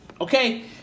Okay